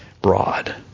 broad